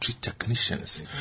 technicians